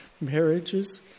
marriages